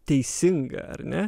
teisinga ar ne